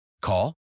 Call